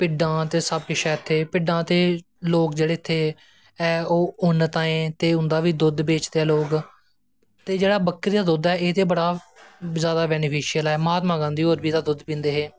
भिड्डां ते सब किश ऐ इत्थें भिड्डां ते लोग जेह्ड़े ऐं इत्थें ओह् उन्न ताएं ते उंदा बी दुध्द बेचदे ऐं लोग ते जेह्ड़ा बकरी दा दुध्द ऐ एह् ते बड़ा जादा बैनिफिशल ऐ महात्मां गांधी होर बी एह्दा दुध्द पींदे हे